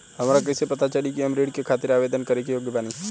हमरा कइसे पता चली कि हम ऋण के खातिर आवेदन करे के योग्य बानी?